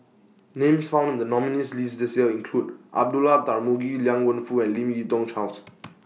Names found in The nominees' list This Year include Abdullah Tarmugi Liang Wenfu and Lim Yi Yong Charles